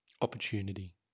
opportunity